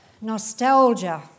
Nostalgia